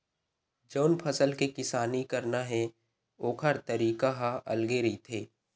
जउन फसल के किसानी करना हे ओखर तरीका ह अलगे रहिथे